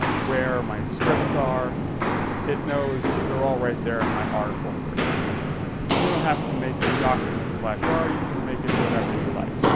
ah where my scripts are it knows there all right there in my are folder you don't have to make it documents slash are you can make it whatever you like